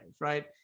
right